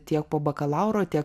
tiek po bakalauro tiek